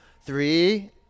Three